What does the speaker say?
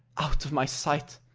out of my sight.